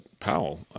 Powell